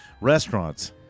restaurants